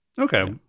Okay